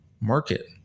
market